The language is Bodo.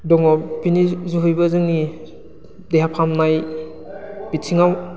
दङ बिनि जोहैबो जोंनि देहा फाहामनाय बिथिङाव